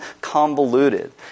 convoluted